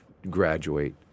graduate